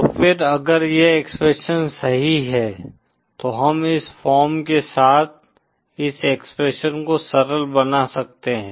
तो फिर अगर यह एक्सप्रेशन सही है तो हम इस फॉर्म के साथ इस एक्सप्रेशन को सरल बना सकते हैं